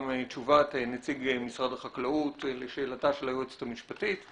תשובת נציג משרד החקלאות לשאלתה של היועצת המשפטית.